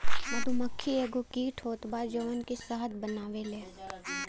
मधुमक्खी एगो कीट होत बा जवन की शहद बनावेले